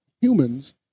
humans